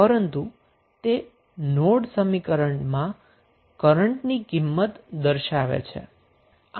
કારણ કે તે નોડ સમીકરણમાં કરન્ટની વેલ્યુ દર્શાવે છે